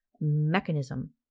Mechanism